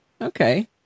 okay